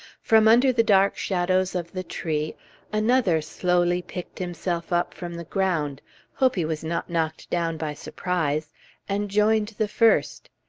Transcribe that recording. from under the dark shadow of the tree another slowly picked himself up from the ground hope he was not knocked down by surprise and joined the first.